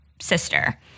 sister